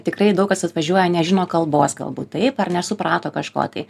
tikrai daug kas atvažiuoja nežino kalbos galbūt taip ar nesuprato kažko tai